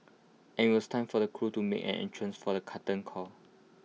and IT was time for the crew to make an entrance for the curtain call